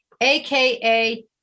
aka